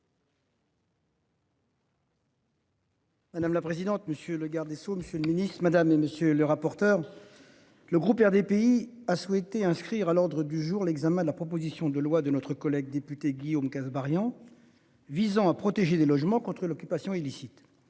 Madame la présidente, monsieur le garde des Sceaux, Monsieur le Ministre, madame et monsieur le rapporteur. Le groupe RDPI a souhaité inscrire à l'ordre du jour, l'examen de la proposition de loi de notre collègue député Guillaume Kasbarian. Visant à protéger des logements contre l'occupation illicite.